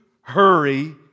hurry